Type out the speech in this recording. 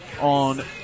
on